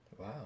Wow